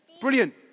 Brilliant